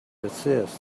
desist